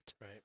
Right